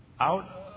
out